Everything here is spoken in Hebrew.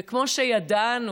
וכמו שידענו,